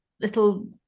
little